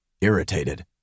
Irritated